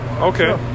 okay